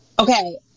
Okay